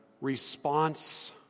response